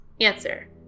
Answer